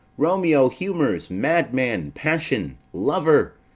romeo! humours! madman! passion! lover!